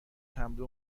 حمله